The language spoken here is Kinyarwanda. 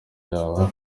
yayo